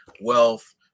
wealth